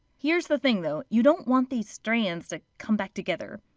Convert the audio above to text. here's the thing though you don't want these strands to come back together.